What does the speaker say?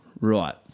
Right